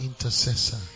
intercessor